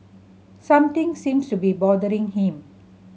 something seems to be bothering him